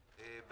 לא.